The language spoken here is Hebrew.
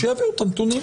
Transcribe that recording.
שיביאו את הנתונים.